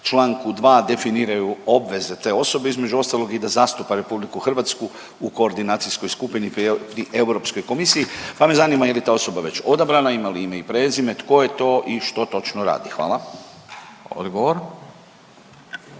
čl. 2 definiraju obveze te osobe, između ostalog i da zastupa RH u koordinacijskoj skupini .../Govornik se ne razumije./... EK, pa me zanima je li ta osoba već odabrana, ima li ime i prezime, tko je to i što točno radi? Hvala. **Radin,